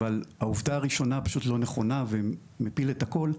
אבל העובדה הראשונה פשוט לא נכונה ומפיל את הכול.